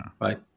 right